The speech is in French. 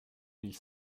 mille